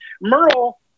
Merle